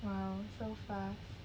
!wow! so fast